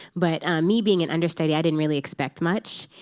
but me being an understudy, i didn't really expect much.